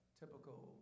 typical